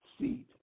seed